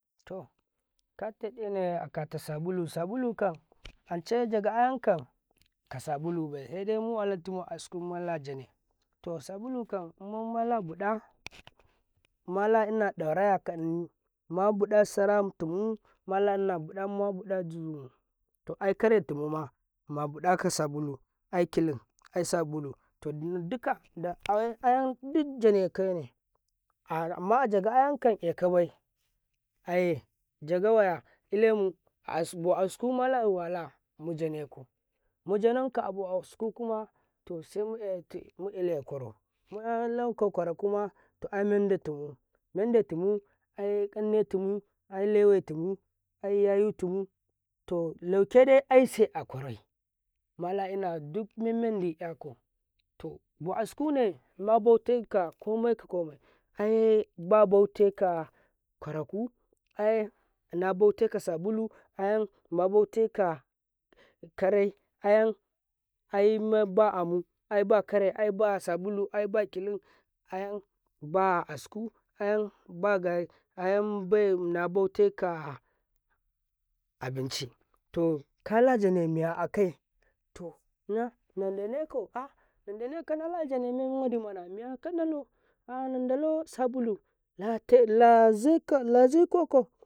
﻿to kata dineyo akata sabulu sabulu ka ancejega kan ka sabulu bai saidai muwallitimu ka askubai malajane to sabuluka ummamala buɗa mala`ina dorawa mabuɗa sara timu nalain mabuda joni to ikare to muma mabuɗa sabulu aye kilin aye sabulu to dika aye aye din jane kaure majaga ayekan naakabai aye jagawyo ilemu askum mala muwala mujanekum mujanenka ka askuma kuma to sai miele ƙorau men kukurama to annanda timu nanda tima kan aye inda timu ayaye timu to lauke de ise akuru malaina dude menɗi ƙakom to ma asku ne labotika ka komai la babotika ƙaraka lan nabatika sabulu han nabotika kare haine ba amu aye ba sabulu aye bakare bakillin an ba asku ayen naboteka abinci to kala jane miya akai to maya landaneko alandanel kalananala june woɗi mana nandale sabulu la zokokam.